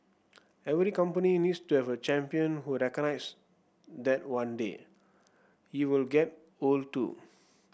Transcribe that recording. every company needs to have a champion who recognize that one day he will get old too